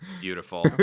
Beautiful